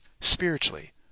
spiritually